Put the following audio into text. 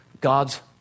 God's